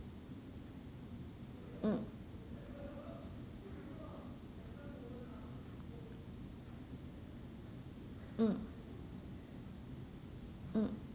mm mm mm